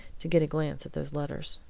to get a glance at those letters?